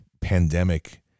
pandemic